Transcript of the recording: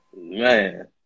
Man